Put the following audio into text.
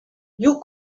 you